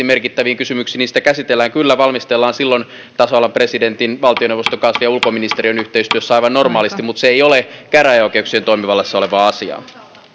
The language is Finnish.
merkittäviin kysymyksiin sitä käsitellään kyllä valmistellaan tasavallan presidentin valtioneuvoston kanslian ulkoministeriön yhteistyössä aivan normaalisti mutta se ei ole käräjäoikeuksien toimivallassa olevaa asiaa